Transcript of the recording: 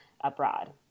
abroad